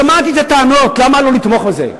שמעתי את הטענות למה לא לתמוך בזה.